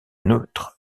neutres